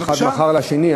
שאחד מכר לשני,